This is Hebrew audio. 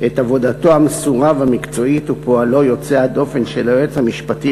את עבודתו המסורה והמקצועית ופועלו היוצא-דופן של היועץ המשפטי